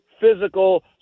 physical